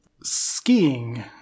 Skiing